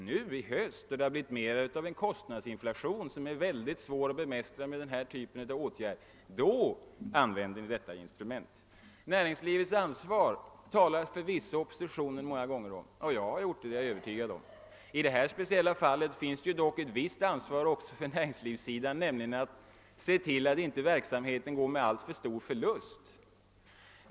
Nu i höst, när det har blivit mer av en kostnadsinflation som är mycket svår att bemästra med den här typen av åtgärd, då använder ni detta instrument. Näringslivets ansvar talar förvisso oppositionen många gånger om. Jag har gjort det, det är jag övertygad om. I det här speciella fallet finns det också ett visst ansvar på näringslivssidan, nämligen att se till att verksamheten inte går med alltför stor förlust.